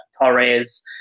Torres